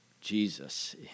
Jesus